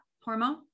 Hormone